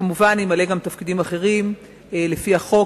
שכמובן ימלא גם תפקידים אחרים לפי החוק,